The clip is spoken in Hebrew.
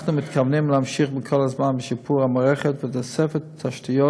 אנחנו מתכוונים להמשיך כל הזמן בשיפור המערכת ובתוספת תשתיות,